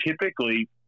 typically